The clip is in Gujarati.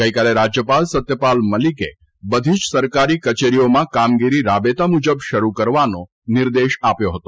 ગઇકાલે રાજ્યપાલ સત્યપાલ મલિકે બધી જ સરકારી કચેરીઓમાં કામગીરી રાબેતા મુજબ શરૂ કરવાનો નિર્દેશ આપ્યો હતો